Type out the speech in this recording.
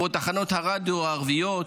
כמו תחנות הרדיו הערביות,